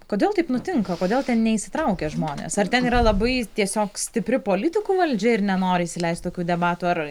kodėl taip nutinka kodėl ten neįsitraukia žmonės ar ten yra labai tiesiog stipri politikų valdžia ir nenori įsileisti tokių debatų ar